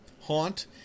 haunt